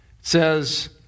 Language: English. says